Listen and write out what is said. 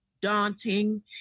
daunting